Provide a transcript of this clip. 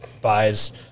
buys